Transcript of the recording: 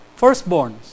firstborns